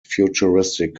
futuristic